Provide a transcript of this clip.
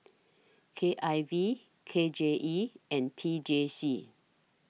K I V K J E and P J C